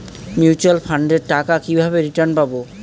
Mutual ফান্ডের টাকা কিভাবে রিটার্ন পাব?